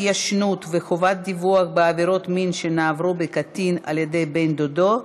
ההתיישנות וחובת דיווח בעבירות מין שנעברו בקטין על-ידי בן-דודו),